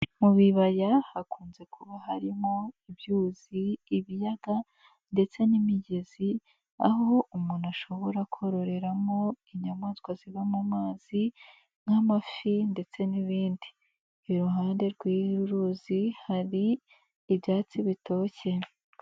Mu bibaya hakunze kuba harimo ibyuzi, ibiyaga ndetse n'imigezi aho umuntu ashobora kororeramo inyamaswa ziba mu mazi nk'amafi ndetse n'ibindi, iruhande rw'uru ruzi hari ibyatsi bitoshye.